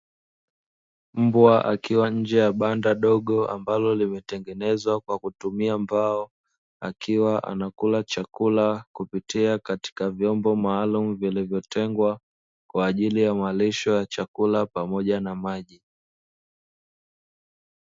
Mbwa akiwa nje ya banda dogo ambalo limetengenezwa kwa kutumia mbao, akiwa anakula chakula kupitia katika vyombo maalumu vilivyotengwa kwa ajili ya malisho ya chakula pamoja na maji.